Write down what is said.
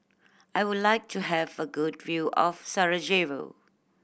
I would like to have a good view of Sarajevo